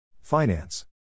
Finance